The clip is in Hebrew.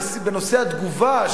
בנושא התגובה,